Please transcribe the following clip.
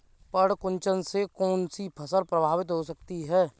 पर्ण कुंचन से कौन कौन सी फसल प्रभावित हो सकती है?